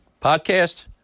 podcast